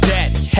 Daddy